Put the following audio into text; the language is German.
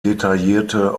detaillierte